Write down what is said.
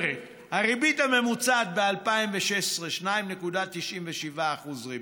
אומרת: הריבית הממוצעת ב-2016, 2.97% ריבית,